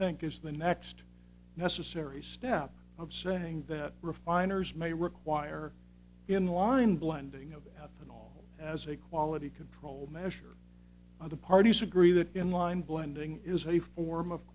think is the next necessary step of saying that refiners may require in line blending of of out as a quality control measure of the parties agree that in line blending is a form of